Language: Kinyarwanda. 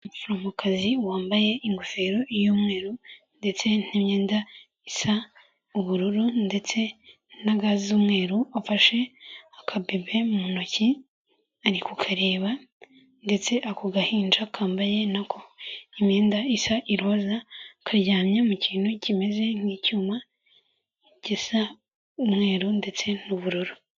Umuforomokazi wambaye ingofero y'umweru, ndetse n'imyenda isa ubururu, ndetse n'gazu'mweru ufashe akabebe mu ntoki arikukareba, ndetse ako gahinja kambaye nako imyenda isa iroza karyamye mu kintu kimeze nk'icyuma gisa umweru ndetse n'ubururu.